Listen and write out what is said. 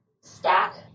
stack